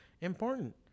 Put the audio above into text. important